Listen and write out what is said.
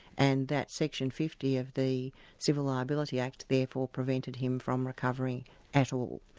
and that section fifty of the civil liability act therefore prevented him from recovering at all.